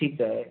ठीक आहे